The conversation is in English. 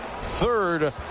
Third